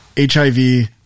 HIV